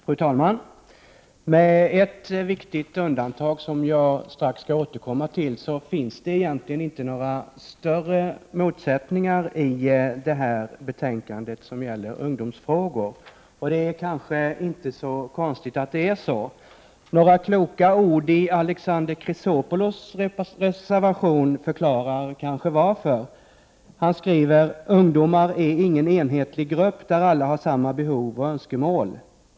Fru talman! Med ett viktigt undantag, som jag strax skall återkomma till, finns det egentligen inte några större motsättningar i det här betänkandet som gäller ungdomsfrågor. Och det är kanske inte så konstigt att det förhåller sig på det sättet. Några kloka ord i Alexander Chrisopoulos reservation förklarar väl varför. Han skriver: ”Ungdomar är ingen enhetlig grupp där alla har samma behov och önskemål.